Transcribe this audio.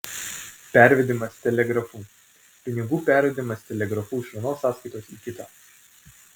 pervedimas telegrafu pinigų pervedimas telegrafu iš vienos sąskaitos į kitą